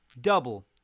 double